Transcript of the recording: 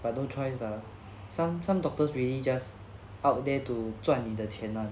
but no choice lah some some doctors really just out there to 赚你的钱 ah